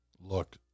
look